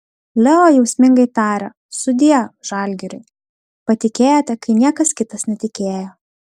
leo jausmingai tarė sudie žalgiriui patikėjote kai niekas kitas netikėjo